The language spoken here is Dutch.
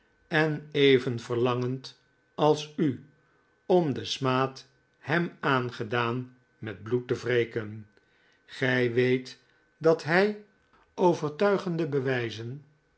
en even verlangend als u om den smaad hem aangedaan met bloed te wreken gij weet dat hij overtuigende bewijzen